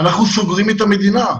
אנחנו סוגרים את המדינה?